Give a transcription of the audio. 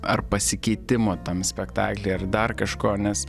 ar pasikeitimo tam spektakly ar dar kažko nes